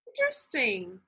Interesting